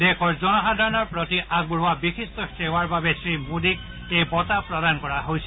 দেশৰ জনসাধাৰণৰ প্ৰতি আগবঢ়োৱা বিশিষ্ট সেৱাৰ বাবে শ্ৰীমোদীক এই বঁটা প্ৰদান কৰা হৈছে